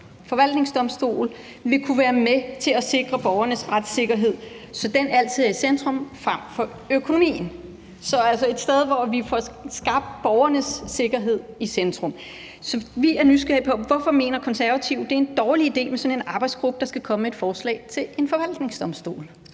forvaltningsdomstol vil kunne være med til at sikre borgernes retssikkerhed, så den altid er i centrum frem for økonomien. Så vi skal altså et sted hen, hvor vi får sat borgernes sikkerhed i centrum. Vi er nysgerrige på, hvorfor Konservative mener, at det er en dårlig idé med sådan en arbejdsgruppe, der skal komme med et forslag til en forvaltningsdomstol?